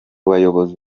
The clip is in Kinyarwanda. bayobozi